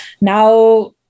Now